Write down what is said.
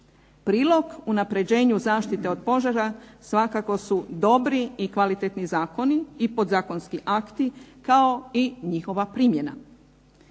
Prilog unapređenju zaštite od požara svakako su dobri zakoni i podzakonski akti, kao i njihova primjena.